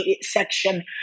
section